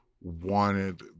wanted